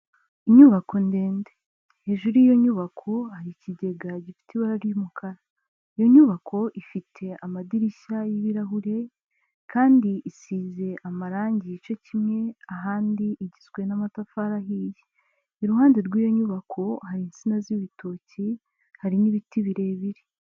Inyubako ndende, hejuru y'iyo nyubako hari ikigega gifite ibara ry'umukara, iyo nyubako ifite amadirishya y'ibirahure kandi isize amarangi igice kimwe, ahandi igizwe n'amatafari ahiye. Iruhande rw'iyo nyubako hari insina z'ibitoki, hari n'ibiti birebire.